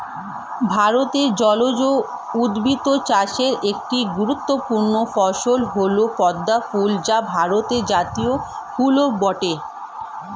ভারতে জলজ উদ্ভিদ চাষের একটি গুরুত্বপূর্ণ ফসল হল পদ্ম ফুল যা ভারতের জাতীয় ফুলও বটে